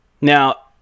Now